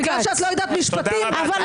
בגלל שאת לא יודעת משפטים ------ בגלל